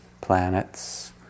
planets